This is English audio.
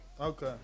okay